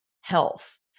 health